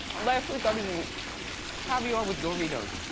last week i was eating caviar with doritos.